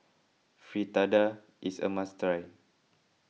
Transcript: Fritada is a must try